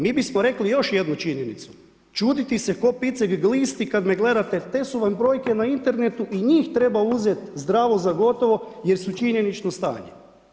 Mi bismo rekli još jednu činjenicu, čuditi se ko picek glisti kad me gledate, te su vam brojke na internetu i njih treba uzet zdravo za gotovo jer su činjenično stanje.